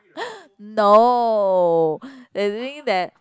no the thing that